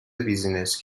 بیزینس